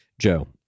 Joe